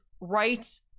right